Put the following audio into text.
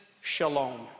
shalom